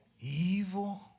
evil